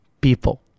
people